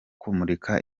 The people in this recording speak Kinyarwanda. kumurika